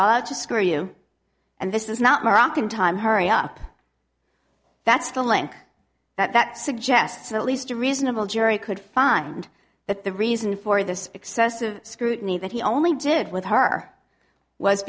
e ought to scare you and this is not moroccan time hurry up that's the link that suggests that at least a reasonable jury could find that the reason for this excessive scrutiny that he only did with her was